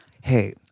Hey